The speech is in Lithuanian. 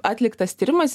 atliktas tyrimas